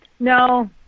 No